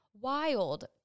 wild